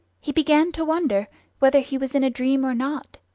he began to wonder whether he was in a dream or not.